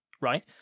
right